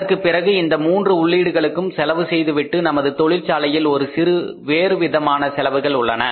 அதற்குப் பிறகு இந்த மூன்று உள்ளீடுகளுக்கும் செலவு செய்துவிட்டு நமது தொழிற்சாலையில் ஒரு சில வேறுவிதமான செலவுகள் உள்ளன